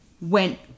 went